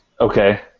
Okay